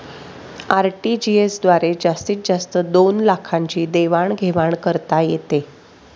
RTGS द्वारे जास्तीत जास्त दोन लाखांची देवाण घेवाण करता येते